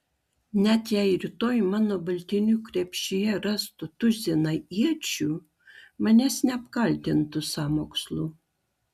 net jei rytoj mano baltinių krepšyje rastų tuziną iečių manęs neapkaltintų sąmokslu